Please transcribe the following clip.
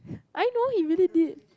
I know he really did